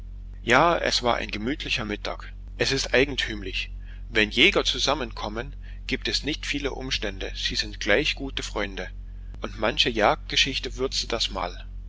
ja es war ein gemütlicher mittag es ist eigentümlich wenn jäger zusammenkommen gibt es nicht viele umstände sie sind gleich gute freunde und manche jagdgeschichte würzte das mahl